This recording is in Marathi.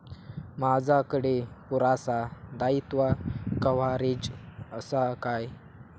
माजाकडे पुरासा दाईत्वा कव्हारेज असा काय?